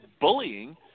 bullying